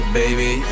baby